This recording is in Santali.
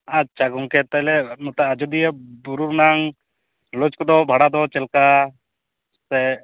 ᱟᱪᱪᱷᱟ ᱜᱚᱝᱠᱮ ᱛᱟᱦᱚᱞᱮ ᱱᱚᱛᱮ ᱟᱡᱚᱫᱤᱭᱟᱹ ᱵᱩᱨᱩ ᱨᱮᱱᱟᱝ ᱞᱚᱡ ᱠᱚᱫᱚ ᱵᱷᱟᱲᱟ ᱫᱚ ᱪᱮᱫ ᱞᱮᱠᱟ ᱥᱮ